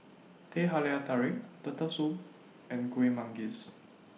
Teh Halia Tarik Turtle Soup and Kueh Manggis